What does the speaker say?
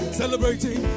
celebrating